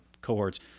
cohorts